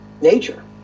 nature